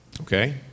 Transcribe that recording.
okay